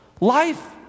life